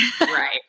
right